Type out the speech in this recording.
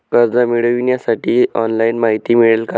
कर्ज मिळविण्यासाठी ऑनलाइन माहिती मिळेल का?